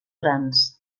grans